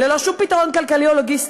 ללא שום פתרון כלכלי או לוגיסטי.